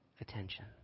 attention